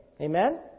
Amen